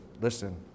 listen